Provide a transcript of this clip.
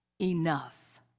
enough